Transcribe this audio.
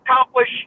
accomplish